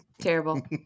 Terrible